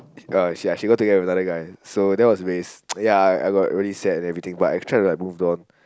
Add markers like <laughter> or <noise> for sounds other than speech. uh she like she got together with another guy so that was really <noise> ya I I got very sad and everything but I've try to like moved on